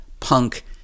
punk